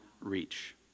reach